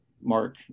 Mark